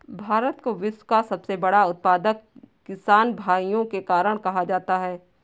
भारत को विश्व का सबसे बड़ा उत्पादक किसान भाइयों के कारण कहा जाता है